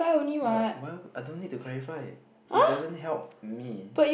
but why I don't need to clarify it doesn't help me